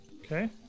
Okay